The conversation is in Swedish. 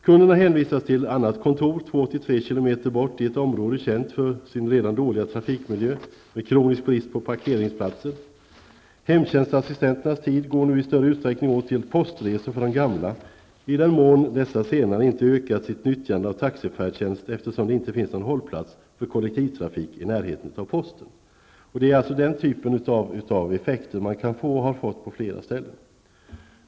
Kunderna hänvisas till ett annat kontor, 2--3 kilometer bort, i ett område känt för sin redan dåliga trafikmiljö och med kronisk brist på parkeringsplatser. Hemtjänstassistenternas tid går nu i större utsträckning åt till postresor för de gamla, i den mån dessa senare inte ökat sitt nyttjande av taxifärdtjänst, eftersom det inte finns någon hållplats för kollektivtrafik i närheten av posten. Det är den typen av effekter man kan få och har fått på flera ställen.